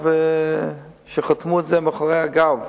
מצב שחתמו על זה מאחורי הגב,